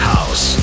House